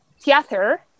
theater